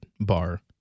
bar